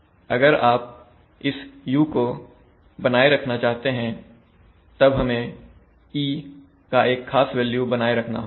अगर आप इस u को बनाए रखना चाहते हैं तब हमें e का एक खास वैल्यू बनाए रखना होगा